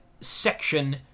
section